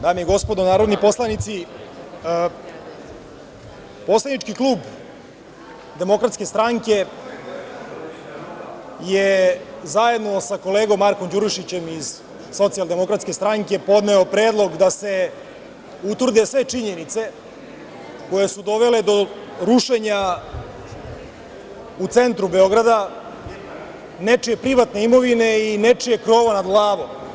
Dame i gospodo narodni poslanici, Poslanički klub Demokratske stranke je zajedno sa kolegom Markom Đurišićem iz Socijaldemokratske stranke podneo predlog da se utvrde sve činjenice koje su dovele do rušenja u centru Beograda nečije privatne imovine i nečijeg krova nad glavom.